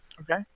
Okay